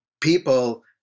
people